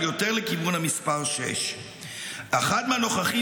אבל יותר לכיוון המספר שש --- אחד מהנוכחים